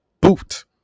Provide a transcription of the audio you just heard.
boot